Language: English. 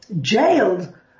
jailed